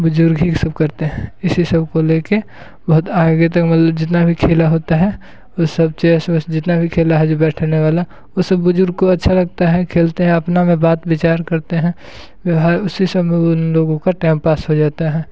बुज़ुर्ग ही सब करते हैं इसी सब को ले कर बहुत आगे तक मतलब जितना भी खेला होता है वो सब चेस वेस जितना भी खेल हैं जो बैठने वाले वो सब बुज़ुर्गों को अच्छा लगता है खेलते है अपना में बात विचार करते हैं व्यवहार उसी समय उन लोगों का टाइम पास हो जाता है